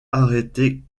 arrêter